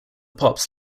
pops